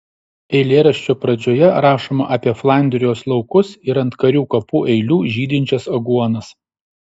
eilėraščio pradžioje rašoma apie flandrijos laukus ir ant karių kapų eilių žydinčias aguonas